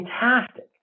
fantastic